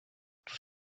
tout